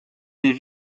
des